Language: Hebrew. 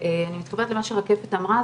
אני מתחבר למה שרקפת אמרה,